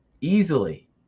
easily